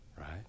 right